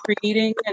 creating